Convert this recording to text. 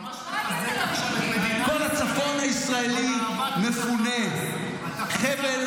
כשחנן יבלונקה נפל בשבי,